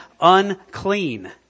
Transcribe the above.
unclean